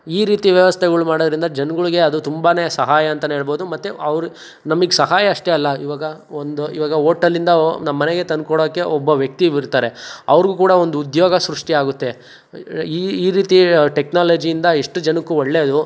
ಈ ರೀತಿ ವ್ಯವಸ್ಥೆಗಳು ಮಾಡೋದ್ರಿಂದ ಜನ್ಗಳಿಗೆ ಅದು ತುಂಬಾನೇ ಸಹಾಯ ಅಂತಲೇ ಹೇಳ್ಬೌದು ಮತ್ತು ಅವ್ರ ನಮಗೆ ಸಹಾಯ ಅಷ್ಟೇ ಅಲ್ಲ ಇವಾಗ ಒಂದು ಇವಾಗ ಓಟೆಲ್ಲಿಂದ ನಮ್ಮನೆಗೆ ತಂದ್ಕೊಡೋಕ್ಕೆ ಒಬ್ಬ ವ್ಯಕ್ತಿ ಬರ್ತಾರೆ ಅವ್ರಿಗೂ ಕೂಡ ಒಂದು ಉದ್ಯೋಗ ಸೃಷ್ಟಿಯಾಗುತ್ತೆ ಈ ಈ ರೀತಿಯ ಟೆಕ್ನಾಲಜಿಯಿಂದ ಇಷ್ಟು ಜನಕ್ಕೂ ಒಳ್ಳೇದು